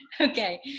okay